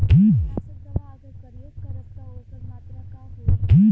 कीटनाशक दवा अगर प्रयोग करब त ओकर मात्रा का होई?